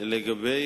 לגבי